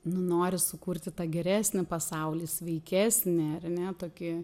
nu nori sukurti tą geresnį pasaulį sveikesnį ar ne tokį